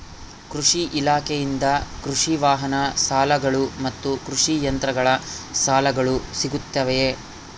ಕೃಷಿ ಇಲಾಖೆಯಿಂದ ಕೃಷಿ ವಾಹನ ಸಾಲಗಳು ಮತ್ತು ಕೃಷಿ ಯಂತ್ರಗಳ ಸಾಲಗಳು ಸಿಗುತ್ತವೆಯೆ?